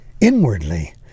inwardly